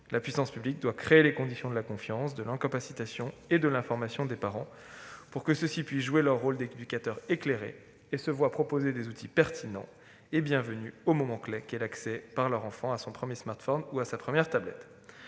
La puissance publique doit créer les conditions de la confiance, de l'« encapacitation » et de l'information des parents pour que ceux-ci puissent jouer leur rôle d'éducateurs éclairés. Nous devons leur proposer des outils pertinents et bienvenus au moment clé qu'est l'accès de l'enfant à son premier smartphone ou à sa première tablette.